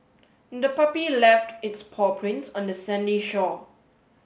the puppy left its paw prints on the sandy shore